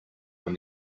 when